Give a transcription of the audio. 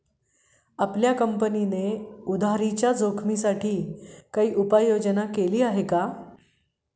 आपल्या कंपनीने उधारीच्या जोखिमीसाठी काही उपाययोजना केली आहे का?